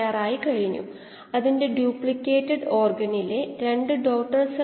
സാധ്യമായ പരമാവധി ഉൽപാദനക്ഷമതനോക്കാം